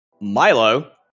Milo